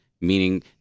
meaning